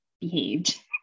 behaved